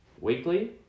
weekly